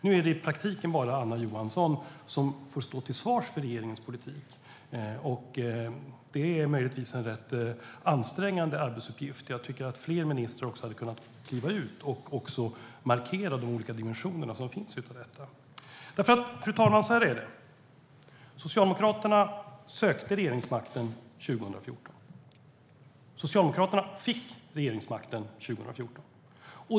Nu är det i praktiken bara Anna Johansson som får stå till svars för regeringens politik. Det är möjligtvis en rätt ansträngande arbetsuppgift. Jag tycker att fler ministrar skulle ha klivit fram och markerat de olika dimensioner som finns i detta. Fru talman! Socialdemokraterna sökte regeringsmakten 2014. Socialdemokraterna fick regeringsmakten 2014.